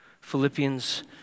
Philippians